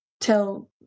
tell